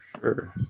Sure